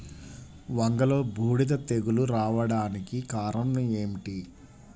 వంగలో బూడిద తెగులు రావడానికి కారణం ఏమిటి?